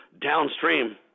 downstream